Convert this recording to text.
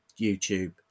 YouTube